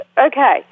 Okay